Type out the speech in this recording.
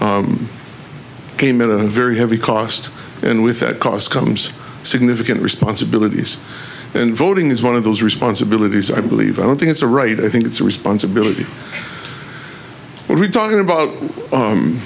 came in a very heavy cost and with that cost comes significant responsibilities and voting is one of those responsibilities i believe i don't think it's a right i think it's a responsibility we're talking about